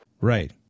Right